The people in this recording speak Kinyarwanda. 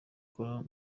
choir